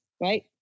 right